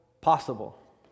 possible